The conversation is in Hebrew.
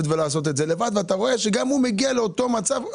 ולעשות את זה לבד אבל אתה רואה שגם הוא מגיע לאותו מצב.